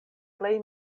plej